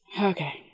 Okay